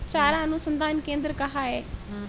चारा अनुसंधान केंद्र कहाँ है?